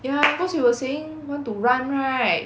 ya cause you were saying want to run right